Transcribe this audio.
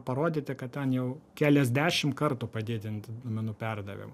parodyti kad ten jau keliasdešim kartų padidint duomenų perdavimą